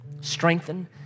Strengthen